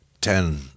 ten